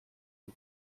and